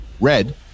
Red